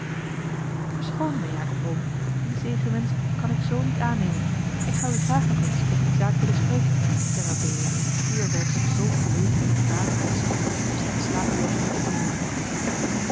verschoon me jacob oom dien zegenwensch kan ik z niet aannemen ik zou u graag nog eens over die zaak willen spreken zeî mabelia die er werkelijk zoo bleek en ontdaan uitzag of zij een slapeloozen nacht had doorgebracht